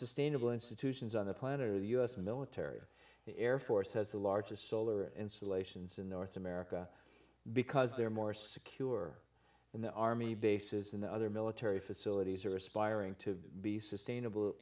sustainable institutions on the planet or the u s military the air force has the largest solar installations in north america because they're more secure and the army bases in the other military facilities are aspiring to be sustainable